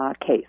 case